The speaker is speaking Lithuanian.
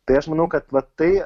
tai aš manau kad va tai